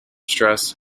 stress